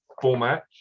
format